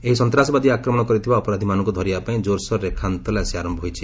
ଏହି ସନ୍ତାସବାଦୀ ଆକ୍ରମଣ କରିଥିବା ଅପରାଧୀମାନଙ୍କୁ ଧରିବା ପାଇଁ କୋରସୋରରେ ଖାନ୍ ତଲାସୀ ଆରମ୍ଭ ହୋଇଛି